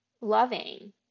loving